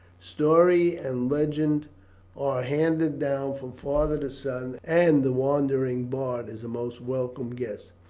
story and legend are handed down from father to son, and the wandering bard is a most welcome guest.